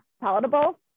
palatable